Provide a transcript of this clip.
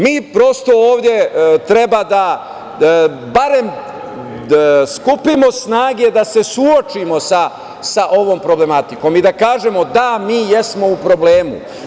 Mi prosto, ovde treba da barem skupimo snage da se suočimo sa ovom problematikom, i da kažemo da, mi jesmo u problemu.